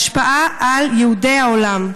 להשפעה על יהודי העולם?